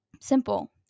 Simple